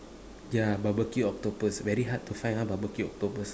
yeah barbecue octopus very hard to find !huh! barbecue octopus